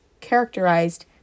characterized